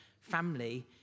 family